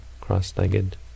cross-legged